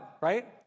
right